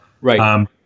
Right